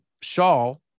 shawl